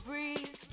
Breeze